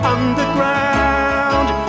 Underground